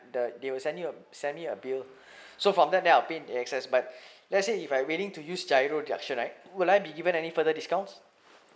the they will send you send me a bill so from that then I'll pay it in excess but let's say if I willing to use GIRO transaction right will I be given any further discounts